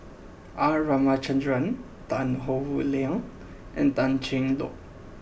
R Ramachandran Tan Howe Liang and Tan Cheng Lock